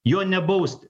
jo nebausti